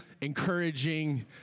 Encouraging